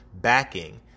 backing